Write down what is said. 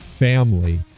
Family